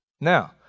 Now